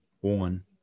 one